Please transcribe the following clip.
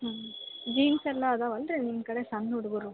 ಹ್ಞೂ ಜೀನ್ಸ್ ಎಲ್ಲ ಅದಾವೇನ್ ರೀ ನಿಮ್ಮ ಕಡೆ ಸಣ್ಣ ಹುಡುಗರು